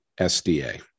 SDA